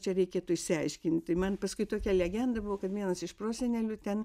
čia reikėtų išsiaiškinti man paskui tokia legenda buvo kad vienas iš prosenelių ten